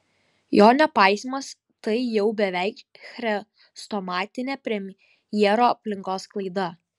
jo nepaisymas tai jau beveik chrestomatinė premjero aplinkos klaida